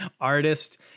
artist